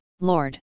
Lord